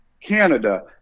Canada